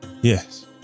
Yes